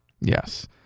Yes